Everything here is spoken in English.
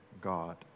God